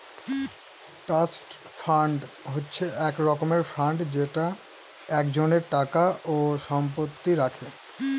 trust fund হচ্ছে এক রকমের ফান্ড যেটা একজনের টাকা ও সম্পত্তি রাখে